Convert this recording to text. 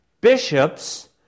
Bishops